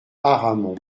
aramon